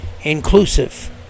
inclusive